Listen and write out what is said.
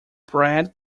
bread